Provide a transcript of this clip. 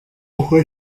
uko